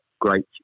great